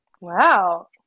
Wow